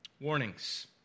Warnings